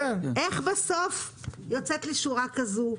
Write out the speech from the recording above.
איך בסוף, יוצאת לי שורה כזו?